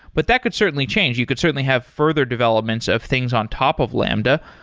but that could certainly change. you could certainly have further developments of things on top of lambda.